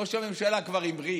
ראש הממשלה כבר המריא,